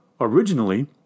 originally